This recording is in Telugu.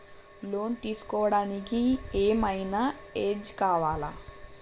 లోన్ తీస్కోవడానికి ఏం ఐనా ఏజ్ కావాలా?